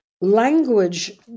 Language